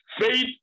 Faith